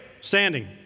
standing